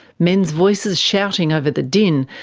men's voices shouting over the din,